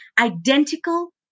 identical